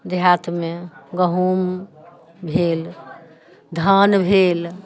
देहातमे गहुम भेल धान भेल